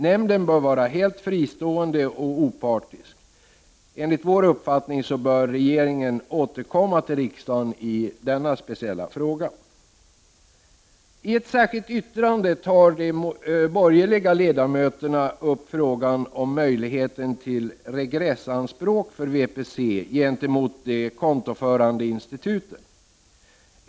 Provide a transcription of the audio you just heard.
Nämnden bör vara helt fristående och opartisk. Enligt vår mening bör regeringen återkomma till riksdagen i denna speciella fråga. I ett särskilt yttrande tar de borgerliga ledamöterna upp frågan om möjligheten till regressanspråk för VPC gentemot de kontoförande instituten.